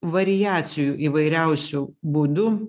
variacijų įvairiausių būdu